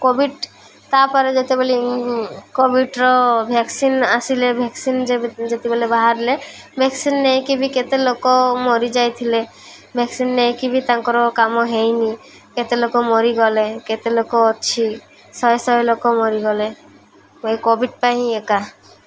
Covid ତା'ପରେ ଯେତେବେଳେ କୋଭିଡ଼ର ଭ୍ୟାକ୍ସିନ୍ ଆସିଲେ ଭେକ୍ସିନ୍ ଯେ ଯେତେବେଳେ ବାହାରିଲେ ଭେକ୍ସିନ୍ ନେଇକି ବି କେତେ ଲୋକ ମରିଯାଇଥିଲେ ଭେକ୍ସିନ୍ ନେଇକି ବି ତାଙ୍କର କାମ ହେଇନି କେତେ ଲୋକ ମରିଗଲେ କେତେ ଲୋକ ଅଛି ଶହେ ଶହେ ଲୋକ ମରିଗଲେ ଏ କୋଭିଡ଼ ପାଇଁ ହିଁ ଏକା